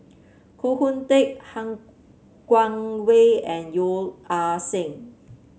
Koh Hoon Teck Han Guangwei and Yeo Ah Seng